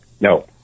no